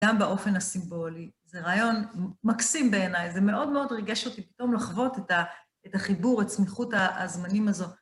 גם באופן הסימבולי, זה רעיון מקסים בעיניי, זה מאוד מאוד ריגש אותי פתאום לחוות את החיבור, את צמיחות הזמנים הזאת.